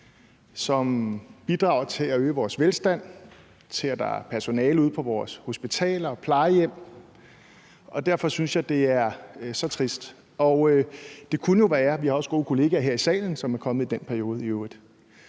som bidrager til at øge vores velstand og til, at der er personale ude på vores hospitaler og plejehjem. Og derfor synes jeg, at det er så trist. Vi har i øvrigt også gode kollegaer her i salen, som er kommet i den periode. Det